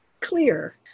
clear